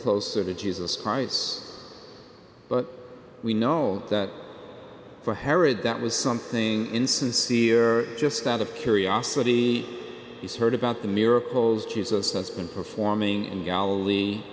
closer to jesus christ but we know that for herod that was something insincere just out of curiosity he's heard about the miracles jesus has been performing in galile